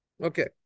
Okay